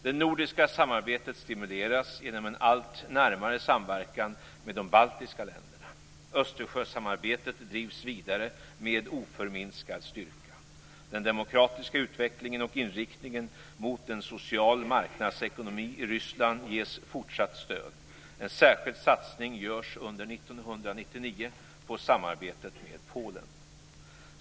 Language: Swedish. Det nordiska samarbetet stimuleras genom en allt närmare samverkan med de baltiska länderna. Östersjösamarbetet drivs vidare med oförminskad styrka. Den demokratiska utvecklingen och inriktningen mot en social marknadsekonomi i Ryssland ges fortsatt stöd. En särskild satsning görs under 1999 på samarbetet med Polen.